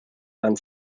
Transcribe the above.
and